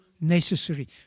necessary